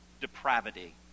depravity